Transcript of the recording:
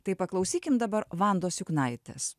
tai paklausykim dabar vandos juknaitės